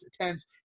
tens